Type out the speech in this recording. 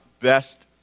best